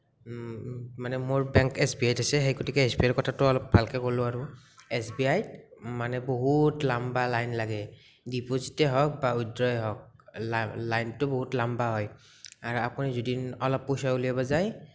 মানে মোৰ bank S B আইত আছে সেই গতিকে এচ বি আইৰ কথাটো অলপ ভালকে ক'লোঁ আৰু এচ বি আইত মানে বহুত লাম্বা লাইন লাগে ডিপজিতেই হওঁক বা উইড্ৰই হওঁক লাইনটো বহুত লাম্বা হয় আৰু আপুনি যদি অলপ পইচা উলিয়াব যায়